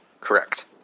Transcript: Correct